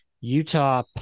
Utah